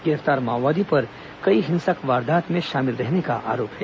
गिरफ्तार माओवादी पर कई हिंसक वारदातों में शामिल रहने का आरोप है